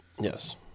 Yes